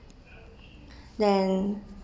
then